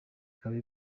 ikaba